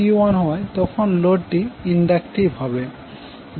যদি P2P1 হয় তখন লোডটি ইন্ডাক্টিভ হবে